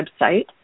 website